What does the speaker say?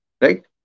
Right